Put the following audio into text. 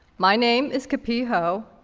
my name is ka-pi hoh,